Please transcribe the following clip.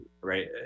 right